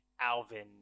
Alvin